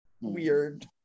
weird